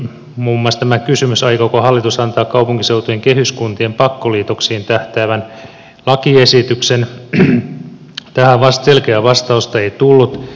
muun muassa kysymykseen aikooko hallitus antaa kaupunkiseutujen kehyskuntien pakkoliitoksiin tähtäävän lakiesityksen ei selkeää vastausta tullut